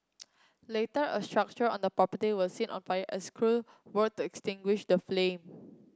later a structure on the property was seen on fire as crews worked extinguish the flame